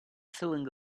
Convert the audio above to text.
feeling